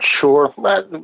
Sure